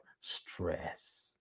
Stress